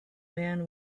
man